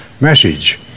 message